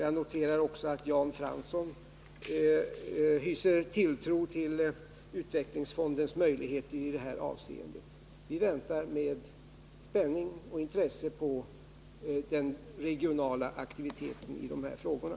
Jag noterar att också Jan Fransson hyser tilltro till utvecklingsfondens möjligheter i det här avseendet. Vi väntar med spänning och intresse på den regionala aktiviteten i de här frågorna.